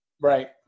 Right